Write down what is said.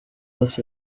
pass